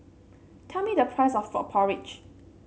tell me the price of Frog Porridge